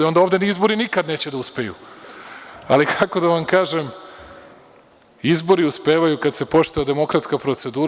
Onda izbori ovde nikada neće da uspeju, ali kako da vam kažem, izbori uspevaju kada se poštuje demokratska procedura.